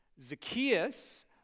zacchaeus